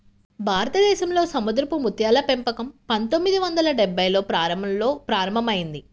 భారతదేశంలో సముద్రపు ముత్యాల పెంపకం పందొమ్మిది వందల డెభ్భైల్లో ప్రారంభంలో ప్రారంభమైంది